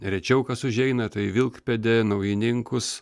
rečiau kas užeina tai vilkpėdė naujininkus